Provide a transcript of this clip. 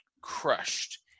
crushed